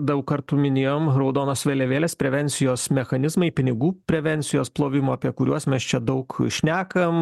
daug kartų minėjom raudonos vėliavėlės prevencijos mechanizmai pinigų prevencijos plovimo apie kuriuos mes čia daug šnekam